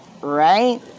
Right